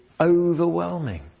overwhelming